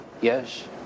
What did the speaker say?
yes